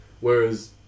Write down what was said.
Whereas